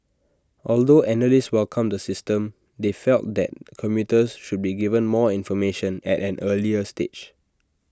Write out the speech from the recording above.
although analysts welcomed the system they felt that commuters should be given more information at an earlier stage